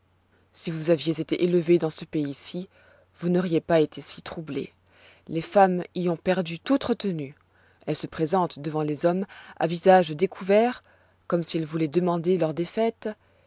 si vous aviez été élevée dans ce pays-ci vous n'auriez pas été si troublée les femmes y ont perdu toute retenue elles se présentent devant les hommes à visage découvert comme si elles vouloient demander leur défaite